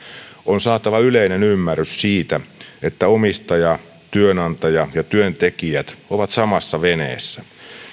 on saatava yleinen ymmärrys siitä että omistaja työnantaja ja työntekijät ovat samassa veneessä